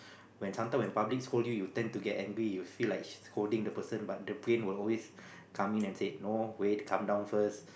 when sometime when public scold you you tend to get angry you feel like scolding the person but the brain will always come in and say no wait calm down first